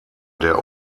der